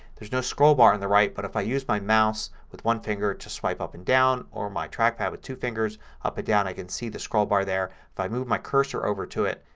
there's no scroll bar on the right but if i use my mouse with one finger to swipe up and down or my trackpad with two fingers up and down i can see the scroll bar there. if i move my cursor over to it,